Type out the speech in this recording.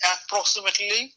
Approximately